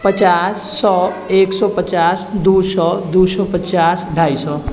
पचास सओ एक सओ पचास दू सओ दू सओ पचास ढाइ सओ